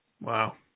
Wow